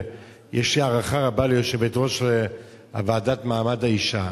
יש לי הערכה רבה ליושבת-ראש הוועדה למעמד האשה.